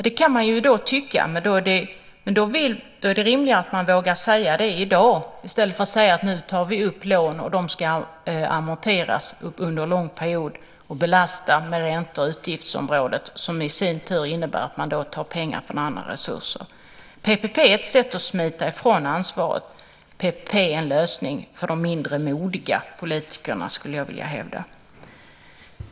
Det kan man tycka, men då är det rimligare att man vågar säga det i dag i stället för att säga att vi nu tar lån, som ska amorteras under en lång period och med ränta belasta utgiftsområdet, som i sin tur innebär att man tar pengar från andra resurser. PPP är ett sätt att smita ifrån ansvaret. PPP är en lösning för de mindre modiga politikerna, skulle jag vilja hävda.